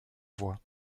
voix